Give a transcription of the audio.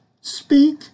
speak